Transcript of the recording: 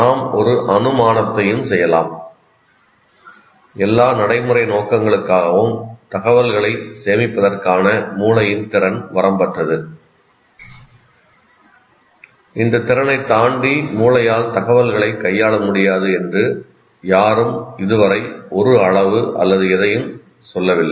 நாம் ஒரு அனுமானத்தையும் செய்யலாம் எல்லா நடைமுறை நோக்கங்களுக்காகவும் தகவல்களைச் சேமிப்பதற்கான மூளையின் திறன் வரம்பற்றது இந்த திறனைத் தாண்டி மூளையால் தகவல்களைக் கையாள முடியாது என்று யாரும் இதுவரை ஒரு அளவு அல்லது எதையும் சொல்லவில்லை